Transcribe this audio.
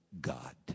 God